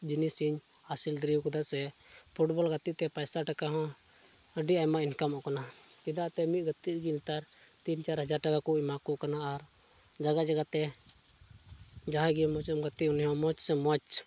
ᱡᱤᱱᱤᱥᱤᱧ ᱦᱟᱹᱥᱤᱞ ᱫᱟᱲᱮ ᱟᱠᱟᱫᱟ ᱥᱮ ᱯᱷᱩᱭᱵᱚᱞ ᱜᱟᱛᱤᱜᱛᱮ ᱯᱚᱭᱥᱟ ᱴᱟᱠᱟ ᱦᱚᱸ ᱟᱹᱰᱤ ᱟᱭᱢᱟ ᱤᱱᱠᱟᱢᱚᱜ ᱠᱟᱱᱟ ᱪᱮᱫᱟᱜᱛᱮ ᱢᱤᱫ ᱜᱟᱹᱛᱤᱜ ᱨᱮᱜᱮ ᱱᱮᱛᱟᱨ ᱛᱤᱱ ᱪᱟᱨ ᱦᱟᱡᱟᱨ ᱴᱟᱠᱟ ᱠᱚ ᱮᱢᱟ ᱠᱚ ᱠᱟᱱᱟ ᱟᱨ ᱡᱟᱭᱜᱟ ᱡᱟᱭᱜᱟᱛᱮ ᱡᱟᱦᱸᱭ ᱜᱮ ᱢᱚᱡᱜᱮᱢ ᱜᱟᱛᱤᱜᱼᱟ ᱩᱱᱤᱦᱚᱸ ᱢᱚᱡᱽ ᱥᱮ ᱢᱚᱡᱽ